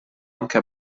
anche